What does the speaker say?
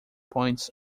points